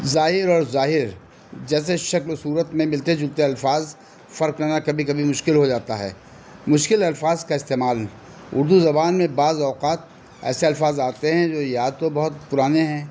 جاہر اور ظاہر جیسے شکل و صورت میں ملتے جلتے الفاظ فرق کرنا کبھی کبھی مشکل ہو جاتا ہے مشکل الفاظ کا استعمال اردو زبان میں بعض اوقات ایسے الفاظ آتے ہیں جو یا تو بہت پرانے ہیں